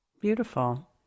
Beautiful